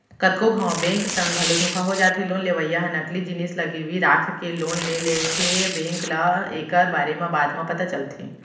कतको घांव बेंक संग घलो धोखा हो जाथे लोन लेवइया ह नकली जिनिस ल गिरवी राखके लोन ले लेथेए बेंक ल एकर बारे म बाद म पता चलथे